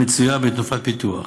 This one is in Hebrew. המצויה בתנופת פיתוח.